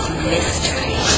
mystery